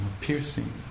piercing